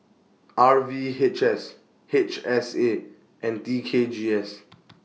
R V H S H S A and T K G S